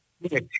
Yes